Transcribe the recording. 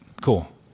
cool